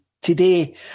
today